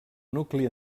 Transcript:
nucli